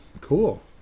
Cool